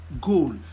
goal